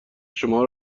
شما